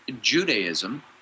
Judaism